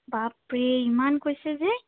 বাপৰে ইমান কৈছে যে